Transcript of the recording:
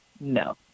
no